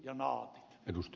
arvoisa puhemies